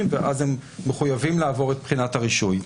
ואז הם מחויבים לעבור את בחינת הרישוי.